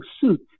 suit